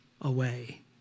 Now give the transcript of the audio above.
away